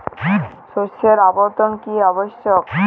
শস্যের আবর্তন কী আবশ্যক?